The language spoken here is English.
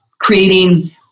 creating